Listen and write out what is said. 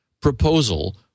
proposal